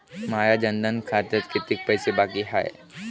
माया जनधन खात्यात कितीक पैसे बाकी हाय?